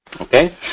okay